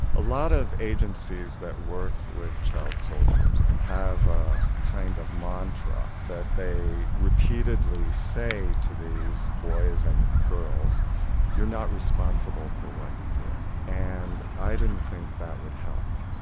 a lot of agencies that work with child soldiers have a kind of mantra that they repeatedly say to these boys and girls you're not responsible for what you did. and i didn't think that would help.